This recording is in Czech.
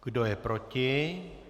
Kdo je proti?